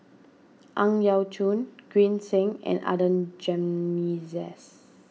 Ang Yau Choon Green Zeng and Adan Jimenez